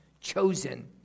chosen